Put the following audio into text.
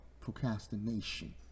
Procrastination